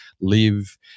live